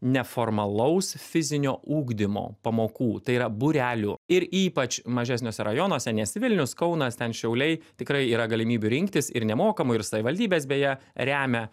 neformalaus fizinio ugdymo pamokų tai yra būrelių ir ypač mažesniuose rajonuose nes vilnius kaunas ten šiauliai tikrai yra galimybių rinktis ir nemokamai ir savivaldybės beje remia